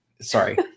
Sorry